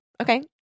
Okay